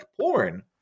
porn